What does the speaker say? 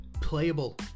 playable